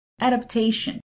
adaptation